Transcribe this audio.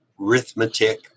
arithmetic